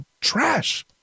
trash